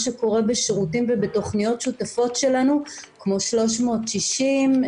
שקורה בשירותים ובתוכניות שותפות שלנו כמו 360,